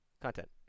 Content